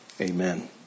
Amen